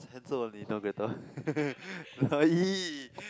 handsome only now better !ee!